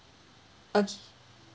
okay